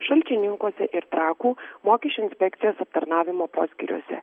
šalčininkuose ir trakų mokesčių inspekcijos aptarnavimo poskyriuose